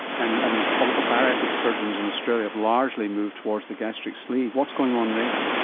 and and ah bariatric surgeons in australia have largely moved towards the gastric sleeve. what's going on there?